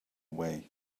way